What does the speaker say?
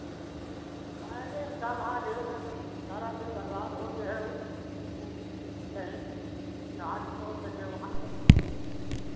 अरे कम हाँ लेव हय दू सारा दिन बर्बाद होत हय ऊ ऊ कहे जहाँ हो सके वहां चलो